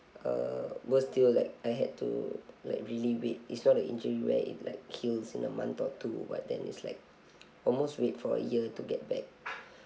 uh worse still like I had to like really wait it's not a injury where it like heals in a month or two but then is like almost wait for a year to get back